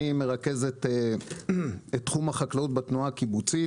אני מרכז את תחום החקלאות בתנועה הקיבוצית